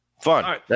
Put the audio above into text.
Fun